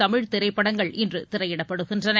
தமிழ் திரைப்படங்கள் இன்று திரையிடப்படுகின்றன